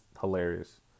hilarious